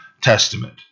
Testament